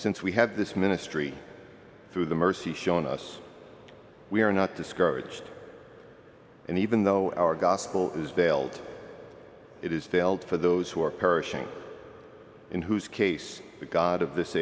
since we have this ministry through the mercy shown us we are not discouraged and even though our gospel is veiled it is failed for those who are perishing in whose case the god of this